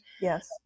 Yes